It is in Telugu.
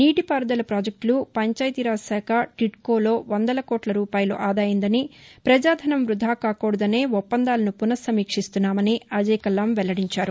నీటి పారుదల పాజెక్టులు పంచాయతీరాజ్ శాఖ టీడ్కో లో వందల కోట్ల రూపాయలు ఆదా అయిందని ప్రజాధనం వృథా కాకూడదనే ఒప్పందాలను పునఃసమీక్షిస్తున్నామని అజేయ కల్లం వెల్లదించారు